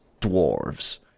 Dwarves